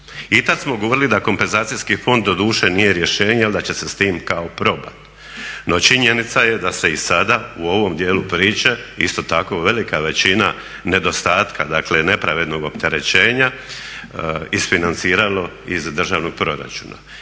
I tad smo govorili da kompenzacijski fond doduše nije rješenje, ali da će se s tim kao probati. No, činjenica je da se i sada u ovom dijelu priče isto tako velika većina nedostatka, dakle nepravednog opterećenja isfinanciralo iz državnog proračuna.